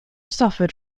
suffered